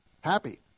happy